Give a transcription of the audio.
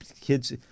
Kids